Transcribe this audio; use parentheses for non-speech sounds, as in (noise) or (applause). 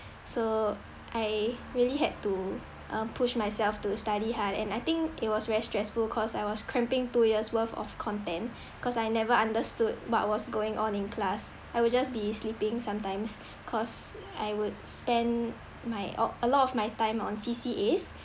so I really had to uh push myself to study hard and I think it was very stressful cause I was cramping two years worth of content (breath) cause I never understood what was going on in class I will just be sleeping sometimes cause I would spend my all a lot of my time on C_C_As